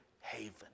haven